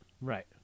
Right